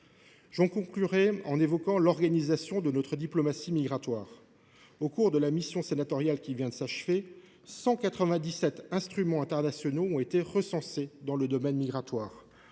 Je conclurai en évoquant l’organisation de notre diplomatie migratoire. Au cours de la mission sénatoriale qui vient de s’achever, 197 instruments internationaux ont été recensés dans le domaine migratoire.